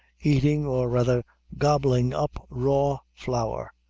eating, or rather gobbling up raw flour,